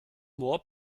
moor